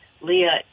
Leah